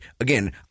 again